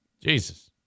Jesus